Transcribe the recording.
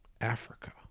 Africa